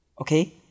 Okay